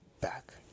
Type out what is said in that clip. back